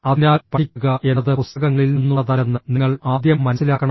അതിനാൽ പഠിക്കുക എന്നത് പുസ്തകങ്ങളിൽ നിന്നുള്ളതല്ലെന്ന് നിങ്ങൾ ആദ്യം മനസ്സിലാക്കണം